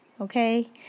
okay